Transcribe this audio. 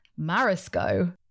marisco